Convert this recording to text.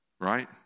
right